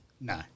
No